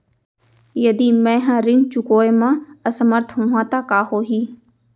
यदि मैं ह ऋण चुकोय म असमर्थ होहा त का होही?